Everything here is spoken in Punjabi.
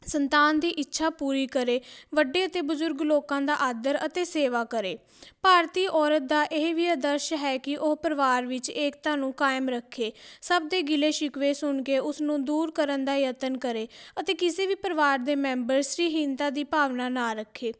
ਸੰਤਾਨ ਦੀ ਇੱਛਾ ਪੂਰੀ ਕਰੇ ਵੱਡੇ ਅਤੇ ਬਜ਼ੁਰਗ ਲੋਕਾਂ ਦਾ ਆਦਰ ਅਤੇ ਸੇਵਾ ਕਰੇ ਭਾਰਤੀ ਔਰਤ ਦਾ ਇਹ ਵੀ ਆਦਰਸ਼ ਹੈ ਕਿ ਉਹ ਪਰਿਵਾਰ ਵਿੱਚ ਏਕਤਾ ਨੂੰ ਕਾਇਮ ਰੱਖੇ ਸਭ ਦੇ ਗਿਲੇ ਸ਼ਿਕਵੇ ਸੁਣ ਕੇ ਉਸ ਨੂੰ ਦੂਰ ਕਰਨ ਦਾ ਯਤਨ ਕਰੇ ਅਤੇ ਕਿਸੇ ਵੀ ਪਰਿਵਾਰ ਦੇ ਮੈਂਬਰ ਸ੍ਰੀ ਹੀਨਤਾ ਦੀ ਭਾਵਨਾ ਨਾ ਰੱਖੇ